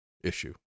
issue